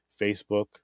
Facebook